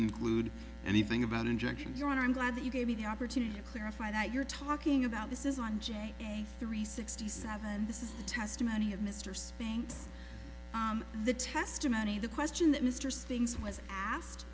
include anything about injection joint i'm glad that you gave me the opportunity to clarify that you're talking about this is on g three sixty seven this is the testimony of mr spanks the testimony of the question that mr sting's was asked